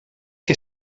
que